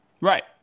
Right